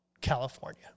California